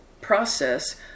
process